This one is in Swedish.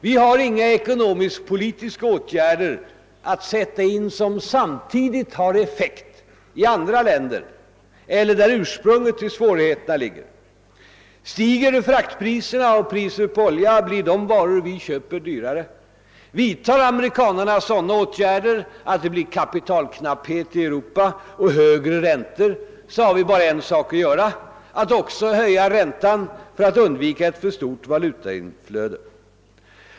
Vi har inga ekonomisk-politiska åtgärder att sätta in vilka samtidigt kan ge effekt i andra länder eller där ursprunget till svårigheterna ligger. Stiger fraktpriserna och priset på olja, blir de varor vi köper dyrare; vidtar amerikanerna sådana åtgärder att det blir kapitalknapphet i Europa och högre räntor, har vi bara en sak att göra: att också höja räntan för att undvika ett alltför stort valutautflöde.